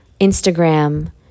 Instagram